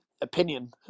opinion